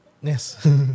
Yes